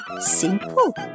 Simple